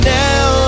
now